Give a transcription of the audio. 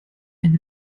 eine